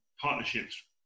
partnerships